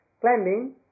Climbing